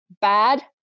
bad